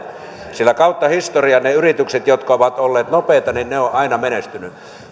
sillä kautta historian ne yritykset jotka ovat olleet nopeita ovat aina menestyneet